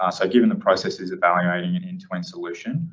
ah so given the process is evaluating an end to end solution,